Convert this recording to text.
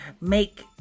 make